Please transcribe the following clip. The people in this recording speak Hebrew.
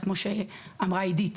כמו שאמרה עידית,